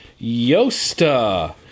Yosta